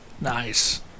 Nice